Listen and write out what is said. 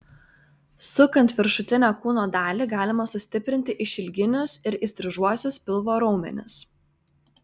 sukant viršutinę kūno dalį galima sustiprinti išilginius ir įstrižuosius pilvo raumenis